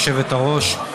היושבת-ראש.